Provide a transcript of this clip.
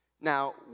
Now